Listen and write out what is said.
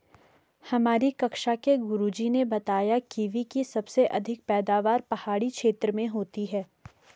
हमारी कक्षा के गुरुजी ने बताया कीवी की सबसे अधिक पैदावार पहाड़ी क्षेत्र में होती है